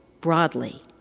broadly